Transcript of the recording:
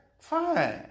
fine